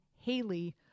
Haley